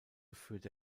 führte